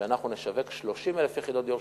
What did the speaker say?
שאנחנו נשווק 30,000 יחידות דיור,